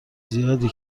زیادی